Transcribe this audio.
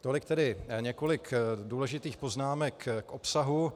Tolik tedy několik důležitých poznámek k obsahu.